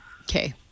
Okay